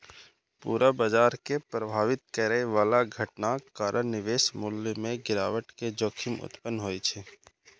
पूरा बाजार कें प्रभावित करै बला घटनाक कारण निवेश मूल्य मे गिरावट के जोखिम उत्पन्न होइ छै